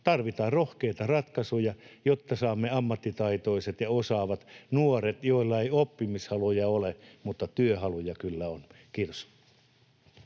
Tarvitaan rohkeita ratkaisuja, jotta saamme mukaan ammattitaitoiset ja osaavat nuoret, joilla ei oppimishaluja ole mutta työhaluja kyllä on. Arvoisa